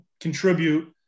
contribute